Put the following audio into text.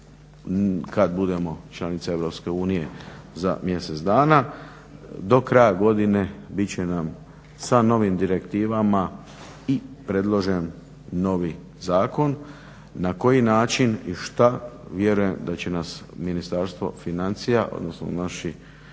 kad budemo članica Europske unije za mjesec dana, do kraja godine bit će nam sa novim direktivama i predložen novi zakon. Na koji način i šta, vjerujem da će nas Ministarstvo financija, odnosno naši